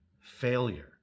failure